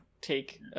take